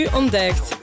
ontdekt